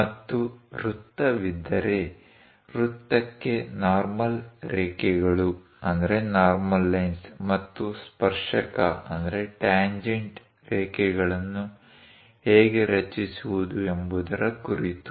ಮತ್ತು ವೃತ್ತವಿದ್ದರೆ ವೃತ್ತಕ್ಕೆ ನಾರ್ಮಲ್ ರೇಖೆಗಳು ಮತ್ತು ಸ್ಪರ್ಶಕ ರೇಖೆಗಳನ್ನು ಹೇಗೆ ರಚಿಸುವುದು ಎಂಬುದರ ಕುರಿತು